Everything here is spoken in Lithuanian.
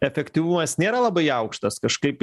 efektyvumas nėra labai aukštas kažkaip